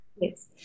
Yes